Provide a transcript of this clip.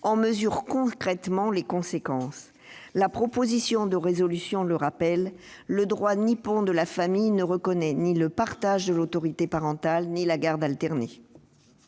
en mesurent concrètement les conséquences. La proposition de résolution le rappelle : le droit nippon de la famille « ne reconnaît ni le partage de l'autorité parentale, ni la garde alternée